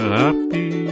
happy